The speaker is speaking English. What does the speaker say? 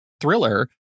thriller